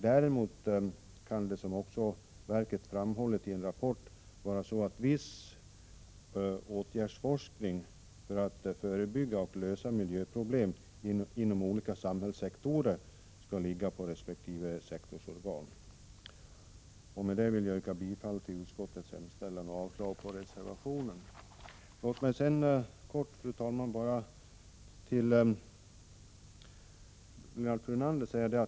Däremot kan det, som också verket har framhållit i en rapport, vara så att viss åtgärdsforskning, för att förebygga och lösa miljöproblem inom olika samhällssektorer, skall ligga på resp. sektorsorgan. Med detta vill jag yrka bifall till utskottets hemställan och avslag på reservation 30. Låt mig sedan, fru talman, något kommentera Lennart Brunanders anförande.